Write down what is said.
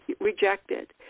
rejected